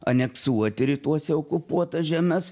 aneksuoti rytuose okupuotas žemes